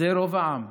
זה רוב העם,